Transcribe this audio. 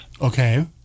Okay